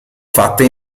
fatte